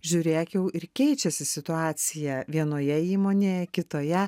žiūrėk jau ir keičiasi situacija vienoje įmonėje kitoje